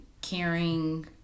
caring